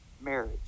Marriage